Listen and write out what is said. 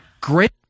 great